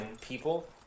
people